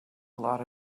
lot